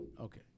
Okay